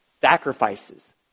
sacrifices